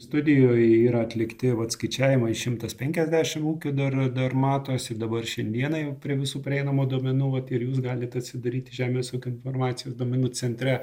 studijoj yra atlikti vat skaičiavimai šimtas penkiasdešim ūkių dar dar matosi dabar šiandieną jau prie visų prieinamų duomenų vat ir jūs galite atsidaryti žemės ūkio informacijos duomenų centre